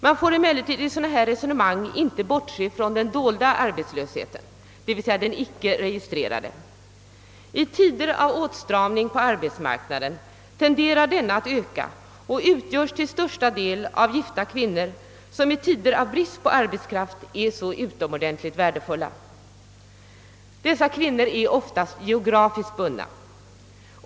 Man får emellertid i sådana resonemang inte bortse från den dolda arbetslösheten, d. v. s. den icke registrerade. I tider av åtstramning på arbetsmarknaden tenderar denna att öka och utgöres till största delen av gifta kvinnor, de som i tider av brist på arbetskraft är så utomordentligt värdefulla. Dessa kvinnor är oftast geografiskt bundna.